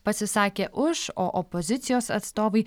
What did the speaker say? pasisakė už o opozicijos atstovai